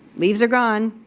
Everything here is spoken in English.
leaves are gone.